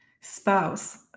spouse